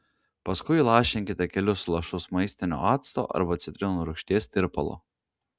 paskui įlašinkite kelis lašus maistinio acto arba citrinų rūgšties tirpalo